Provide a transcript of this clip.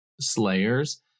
slayers